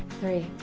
three.